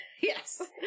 Yes